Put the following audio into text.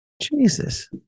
Jesus